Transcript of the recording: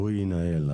שהוא ינהל,